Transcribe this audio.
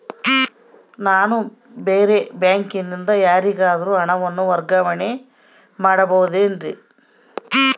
ನಾನು ಬೇರೆ ಬ್ಯಾಂಕಿನಿಂದ ಯಾರಿಗಾದರೂ ಹಣವನ್ನು ವರ್ಗಾವಣೆ ಮಾಡಬಹುದೇನ್ರಿ?